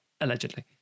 allegedly